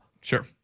Sure